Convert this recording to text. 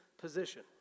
position